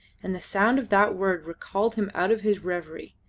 and the sound of that word recalled him out of his reverie.